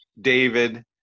David